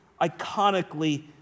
iconically